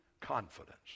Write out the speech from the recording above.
confidence